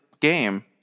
game